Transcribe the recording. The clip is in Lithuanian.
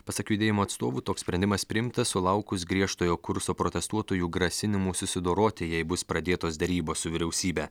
pasak judėjimo atstovų toks sprendimas priimtas sulaukus griežtojo kurso protestuotojų grasinimų susidoroti jei bus pradėtos derybos su vyriausybe